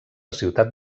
ciutat